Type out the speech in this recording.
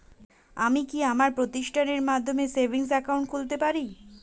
আমি কি আমার প্রতিষ্ঠানের নামে সেভিংস একাউন্ট খুলতে পারি?